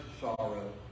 sorrow